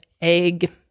egg